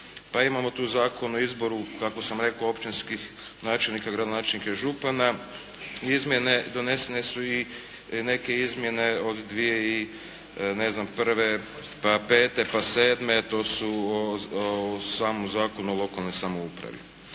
pa imamo tu Zakon o izboru, kako sam rekao, općinskih načelnika, gradonačelnika i župana, izmjene, donesene su i neke izmjene od 2001., pa '05., pa '07., to su u samom Zakonu o lokalnoj samoupravi.